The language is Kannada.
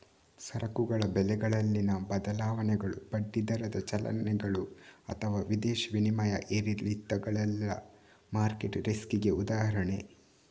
ಸರಕುಗಳ ಬೆಲೆಗಳಲ್ಲಿನ ಬದಲಾವಣೆಗಳು, ಬಡ್ಡಿ ದರದ ಚಲನೆಗಳು ಅಥವಾ ವಿದೇಶಿ ವಿನಿಮಯ ಏರಿಳಿತಗಳೆಲ್ಲ ಮಾರ್ಕೆಟ್ ರಿಸ್ಕಿಗೆ ಉದಾಹರಣೆ